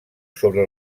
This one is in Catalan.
sobre